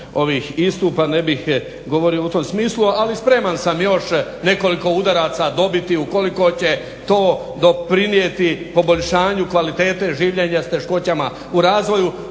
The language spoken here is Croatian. ne bih govorio u tom smislu. Ali spreman sam još nekoliko udaraca dobiti ukoliko će to doprinijeti poboljšanju kvalitete življenja s teškoćama u razvoju,